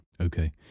okay